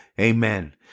Amen